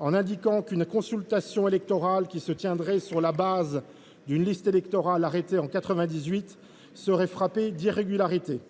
en indiquant qu’une consultation électorale qui se tiendrait sur la base d’une liste électorale arrêtée en 1998 serait frappée d’irrégularité.